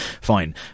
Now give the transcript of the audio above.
Fine